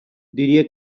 diria